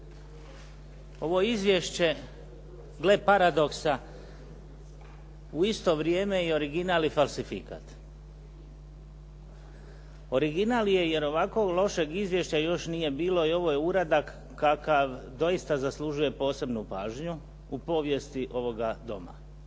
ovo izvješće gle paradoksa u isto vrijeme je i original i falsifikat. Original je jer ovako lošeg izvješća još nije bilo i ovo je uradak kakav doista zaslužuje posebnu pažnju u povijesti ovoga Doma.